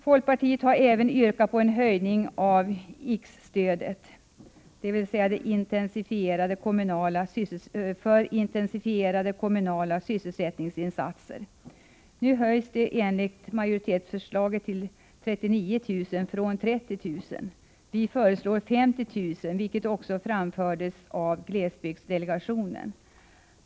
Folkpartiet har även yrkat på en höjning av IKS, dvs. stödet för intensifierade kommunala sysselsättningsinsatser. Nu skall detta stöd enligt majoritetsförslaget höjas från 30 000 till 39 000 kr. Vi föreslår 50 000 kr., vilket också var glesbygdsdelegationens förslag.